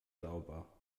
sauber